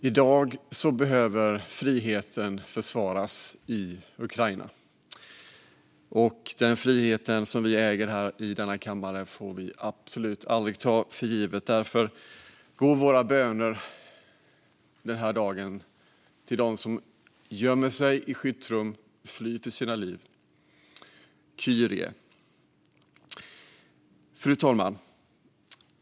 Fru talman! I dag behöver friheten försvaras i Ukraina. Den frihet som vi i denna kammare äger får vi absolut aldrig ta för given. Därför går våra böner denna dag till dem som gömmer sig i skyddsrum och flyr för sina liv. Kyrie! Fru talman!